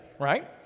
right